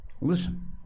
Listen